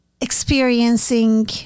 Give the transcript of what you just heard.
experiencing